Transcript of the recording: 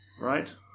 Right